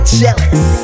jealous